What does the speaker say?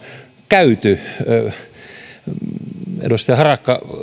käyty läpi edustaja harakka